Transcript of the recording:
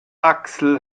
axel